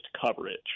coverage